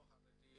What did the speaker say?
לא חרדי,